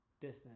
distance